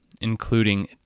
including